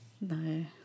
No